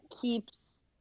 keeps